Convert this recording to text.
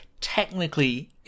technically